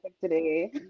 today